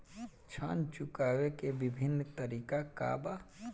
ऋण चुकावे के विभिन्न तरीका का बा?